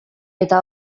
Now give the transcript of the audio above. eta